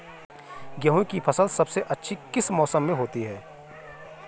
गेहूँ की फसल सबसे अच्छी किस मौसम में होती है